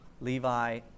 Levi